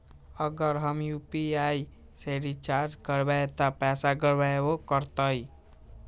अगर हम यू.पी.आई से रिचार्ज करबै त पैसा गड़बड़ाई वो करतई?